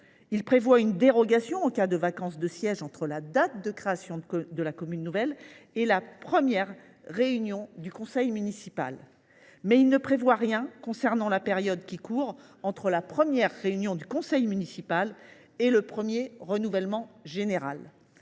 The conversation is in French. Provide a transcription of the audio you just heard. Il prévoit une dérogation en cas de vacance de siège entre la date de création de la commune nouvelle et la première réunion du conseil municipal. Mais il ne prévoit rien concernant la période qui court entre la première réunion du conseil municipal et le premier renouvellement général.